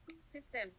system